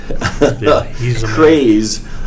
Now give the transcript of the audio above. craze